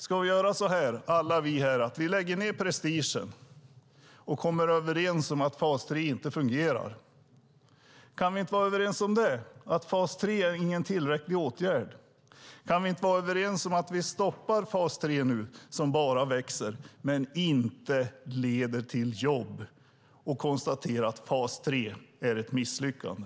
Ska vi göra så, vi alla här, att vi lägger ned prestigen och kommer överens om att fas 3 inte fungerar? Kan vi inte vara överens om att fas 3 inte är en tillräcklig åtgärd? Kan vi inte vara överens om att vi stoppar fas 3 nu? Den bara växer, och den leder inte till jobb. Kan vi inte konstatera att fas 3 är ett misslyckande?